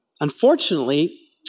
unfortunately